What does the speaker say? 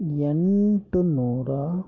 ಎಂಟು ನೂರ